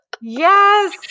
Yes